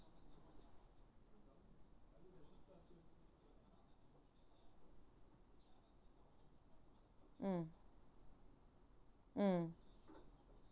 mm mm